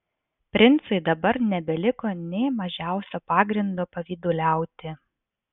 princui dabar nebeliko nė mažiausio pagrindo pavyduliauti